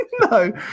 No